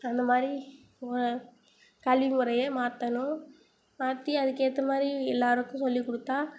அந்த மாதிரி கல்வி முறையை மாற்றணும் மாற்றி அதுக்கேற்ற மாதிரி எல்லோருக்கும் சொல்லிக் கொடுத்தா